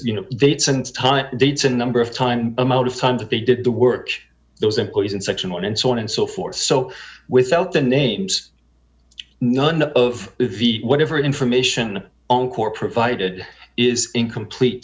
you know they'd since time dates a number of times amount of time that they did the work those employees in section one and so on and so forth so without the names none of the whatever information on core provided is incomplete